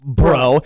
bro